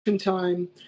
time